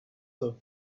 her